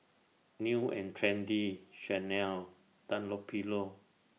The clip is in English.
New and Trendy Chanel Dunlopillo